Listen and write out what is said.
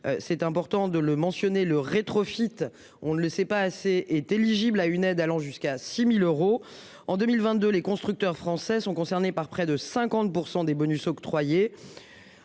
c'est important de le mentionner le rétro feat. On ne le sait pas assez est éligible à une aide allant jusqu'à 6000 euros en 2022, les constructeurs français sont concernés par près de 50% des bonus octroyés.